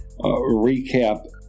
recap